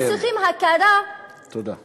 הם צריכים הכרה, תודה.